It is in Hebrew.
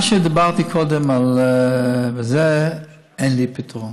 מה שאמרתי קודם, לזה אין לי פתרון.